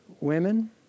women